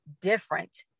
different